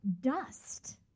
dust